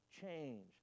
change